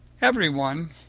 everyone,